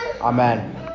Amen